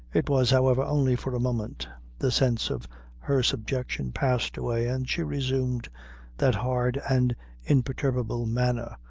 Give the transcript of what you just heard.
it was, however, only for a moment the sense of her subjection passed away, and she resumed that hard and imperturbable manner,